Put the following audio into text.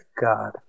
God